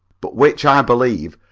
but which i believe,